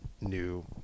new